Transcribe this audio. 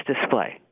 Display